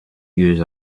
use